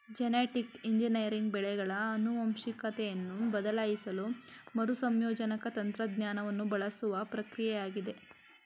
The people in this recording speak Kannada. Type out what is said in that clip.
ಜೆನೆಟಿಕ್ ಇಂಜಿನಿಯರಿಂಗ್ ಬೆಳೆಗಳ ಆನುವಂಶಿಕತೆಯನ್ನು ಬದಲಾಯಿಸಲು ಮರುಸಂಯೋಜಕ ತಂತ್ರಜ್ಞಾನವನ್ನು ಬಳಸುವ ಪ್ರಕ್ರಿಯೆಯಾಗಿದೆ